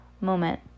moment